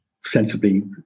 sensibly